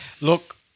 Look